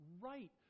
right